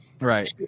Right